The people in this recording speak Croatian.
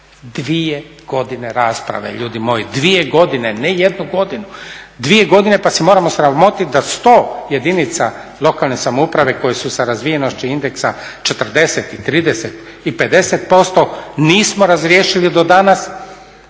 2 godine rasprave, ljudi moji, 2 godine, ne jednu godinu. 2 godine pa se moramo sramotiti da 100 jedinica lokalne samouprave koje su sa razvijenošću indeksa 40 i 30 i 50%, nismo razriješili do danas